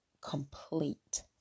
complete